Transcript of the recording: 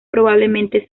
probablemente